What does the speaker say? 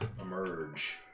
emerge